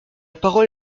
parole